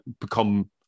become